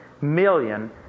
million